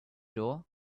door